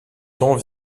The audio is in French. temps